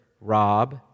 Rob